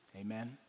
Amen